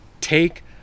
take